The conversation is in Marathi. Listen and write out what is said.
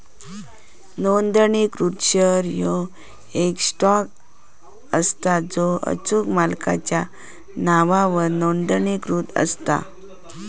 नोंदणीकृत शेअर ह्यो येक स्टॉक असता जो अचूक मालकाच्या नावावर नोंदणीकृत असता